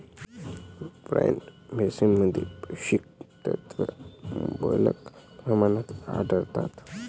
broad बीन्समध्ये पोषक तत्वे मुबलक प्रमाणात आढळतात